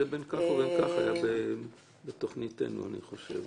זה בין כך ובין כך היה בתוכניתנו אני חושב.